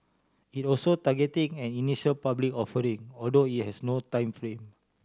it also targeting an initial public offering although it has no time frame